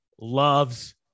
loves